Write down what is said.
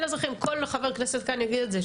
כל חבר כנסת כאן יגיד את זה,